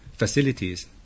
Facilities